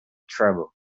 trouble